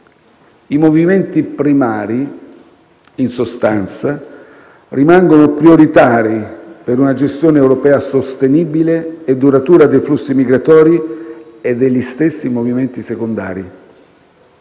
I movimenti primari, in sostanza, rimangono prioritari per una gestione europea sostenibile e duratura dei flussi migratori e degli stessi movimenti secondari.